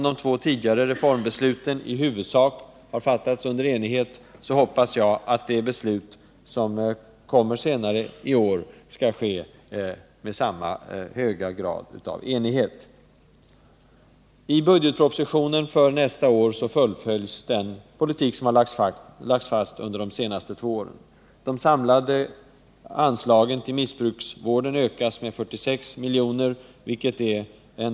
Det beslut som kommer senare i år hoppas jag skall fattas i lika stor enighet som de två tidigare reformbesluten. I budgetpropositionen för 1979/80 fullföljs den politik som har lagts fast under de senaste två åren. De samlade anslagen till missbruksvården ökas med 46 milj.kr.